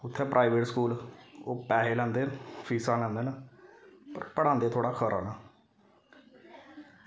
उत्थै private school ओह् पैहे लैंदे न फीसां लैंदे न पर पढ़ांदे थोह्ड़ा खरा न